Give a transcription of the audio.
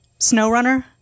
SnowRunner